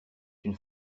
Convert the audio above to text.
une